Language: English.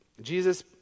Jesus